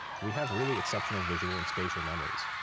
we have really exceptional visual and spatial memories.